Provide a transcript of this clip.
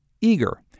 Eager